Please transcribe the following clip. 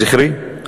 זכרי.